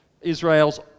Israel's